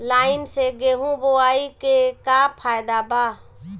Line से गेहूं बोआई के का फायदा बा?